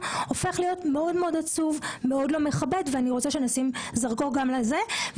הופך להיות עצוב מאוד ומאוד לא מכבד ואני רוצה שנשים זרקור גם על זה.